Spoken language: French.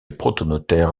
protonotaire